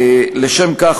לשם כך,